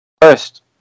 first